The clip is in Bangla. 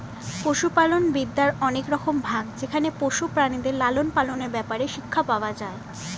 পশুপালন বিদ্যার অনেক রকম ভাগ যেখানে পশু প্রাণীদের লালন পালনের ব্যাপারে শিক্ষা পাওয়া যায়